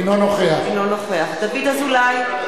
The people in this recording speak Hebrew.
אינו נוכח דוד אזולאי,